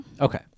Okay